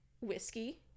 whiskey